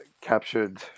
captured